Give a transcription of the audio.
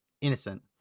innocent